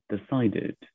decided